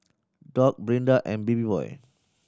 Doug Brinda and Babyboy